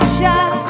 shot